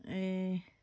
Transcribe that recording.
ए